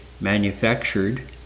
manufactured